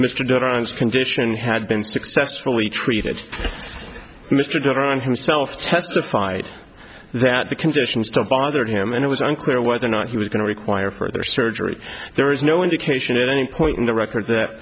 duran's condition had been successfully treated mr duran himself testified that the conditions don't bother him and it was unclear whether or not he was going to require further surgery there is no indication at any point in the record that